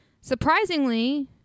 Surprisingly